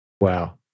Wow